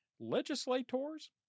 legislators